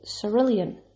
cerulean